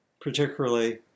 particularly